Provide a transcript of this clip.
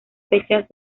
fechas